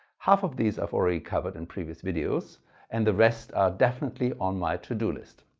half of these i've already covered in previous videos and the rest are definitely on my to-do list.